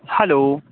hello